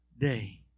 day